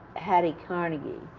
hattie carnegie,